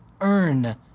earn